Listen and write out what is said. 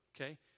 okay